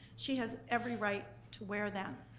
she has every right to wear them.